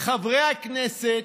חברי הכנסת